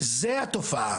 זו התופעה.